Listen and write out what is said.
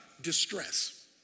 distress